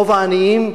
רוב העניים,